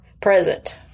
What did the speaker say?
present